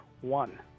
one